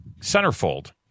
Centerfold